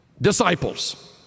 disciples